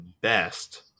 best